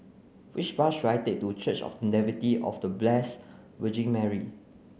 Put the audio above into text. which bus should I take to Church of The Nativity of The Blessed Virgin Mary